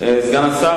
סגן השר,